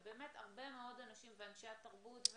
ואנשי התרבות,